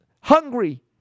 hungry